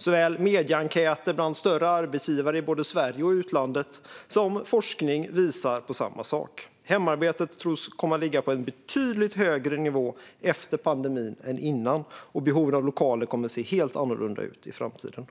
Såväl medieenkäter bland större arbetsgivare i både Sverige och utlandet som forskning visar på samma sak. Hemarbetet tros komma att ligga på en betydligt högre nivå efter pandemin än före, och behovet av lokaler kommer att se helt annorlunda ut i framtiden.